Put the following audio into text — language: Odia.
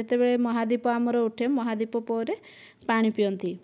ଯେତେବେଳେ ମହାଦୀପ ଆମର ଉଠେ ମହାଦୀପ ପରେ ପାଣି ପିଅନ୍ତି